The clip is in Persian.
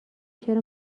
چرا